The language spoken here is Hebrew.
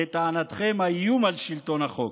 לטענתכם, האיום על שלטון החוק.